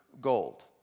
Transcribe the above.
gold